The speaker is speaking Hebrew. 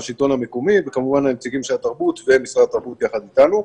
השלטון המקומי וכמובן הנציגים של התרבות ומשרד התרבות יחד איתנו.